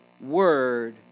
word